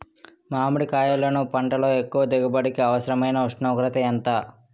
మామిడికాయలును పంటలో ఎక్కువ దిగుబడికి అవసరమైన ఉష్ణోగ్రత ఎంత?